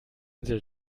insel